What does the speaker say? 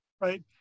Right